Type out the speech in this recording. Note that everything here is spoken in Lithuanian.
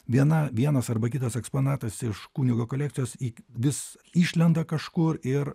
viena vienas arba kitas eksponatas iš kunigo kolekcijos į vis išlenda kažkur ir